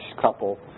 couple